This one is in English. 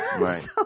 Right